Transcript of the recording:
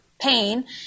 pain